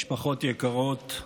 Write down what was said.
משפחות יקרות,